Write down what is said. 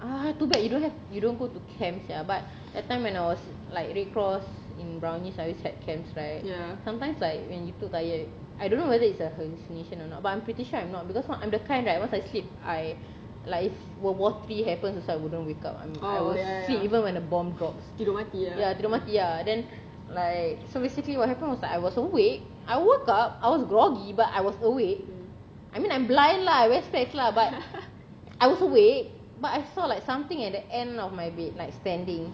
ugh two bad you don't you don't go to camp sia but that time when I was like red cross in brownies I always had camps right sometimes like when you too tired I don't know whether it's a hallucination or not but I'm pretty sure I'm not because what I'm the kind right once I sleep I like if world war three happens also I wouldn't wake up I will sleep even when a bomb drops ya tidur mati ah ya then like so basically what happened was that I was awake I woke up I was groggy but I was awake I mean I'm blind lah I wear specs lah but I was awake but I saw like something at the end of my bed like standing